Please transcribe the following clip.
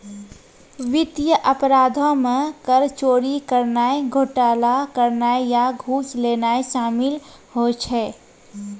वित्तीय अपराधो मे कर चोरी करनाय, घोटाला करनाय या घूस लेनाय शामिल होय छै